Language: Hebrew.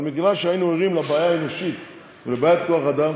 אבל בגלל שהיינו ערים לבעיה האנושית ולבעיית כוח האדם,